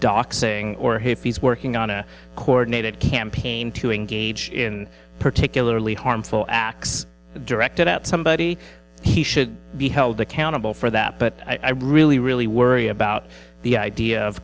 doc saying or he's working on a coordinated campaign to engage in particularly harmful acts directed at somebody he should be held accountable for that but i really really worried about the idea of